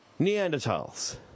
Neanderthals